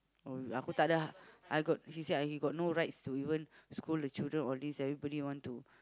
oh apa tak de I got he say ah he got no rights to even scold the children all these everybody want to